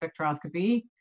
spectroscopy